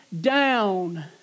down